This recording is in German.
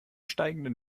steigenden